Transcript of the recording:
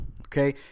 Okay